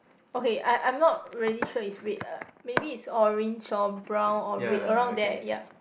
okay I I'm not really sure is red uh maybe is orange or brown or red around there ya